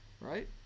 right